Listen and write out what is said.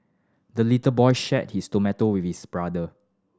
the little boy shared his tomato with his brother